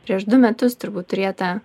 prieš du metus turbūt turėtą